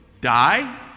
die